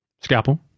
Scalpel